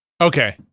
Okay